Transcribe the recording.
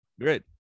Great